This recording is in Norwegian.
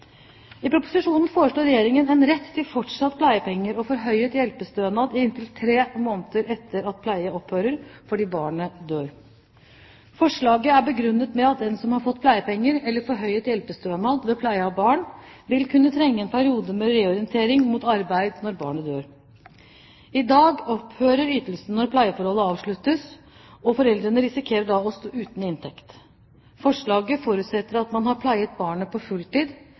I proposisjonen foreslår Regjeringen en rett til fortsatt pleiepenger og forhøyet hjelpestønad i inntil tre måneder etter at pleie opphører fordi barnet dør. Forslaget er begrunnet med at den som har fått pleiepenger eller forhøyet hjelpestønad ved pleie av barn, vil kunne trenge en periode med reorientering mot arbeid når barnet dør. I dag opphører ytelsen når pleieforholdet avsluttes, og foreldrene risikerer da å stå uten inntekt. Forslaget forutsetter at man har pleiet barnet på fulltid.